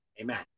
Amen